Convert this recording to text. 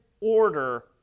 order